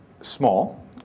small